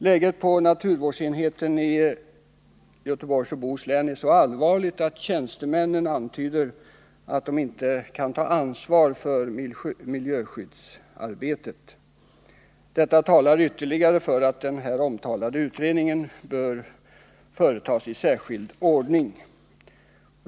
Läget på naturvårdsenheten i Göteborgs och Bohus län är så allvarligt att tjänstemännen antyder att de inte kan ta ansvar för miljöskyddsarbetet. Detta talar ytterligare för att den här omtalade utredningen bör företas i särskild ordning.